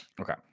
Okay